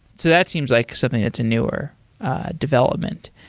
so that seems like something that's a newer development.